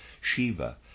Shiva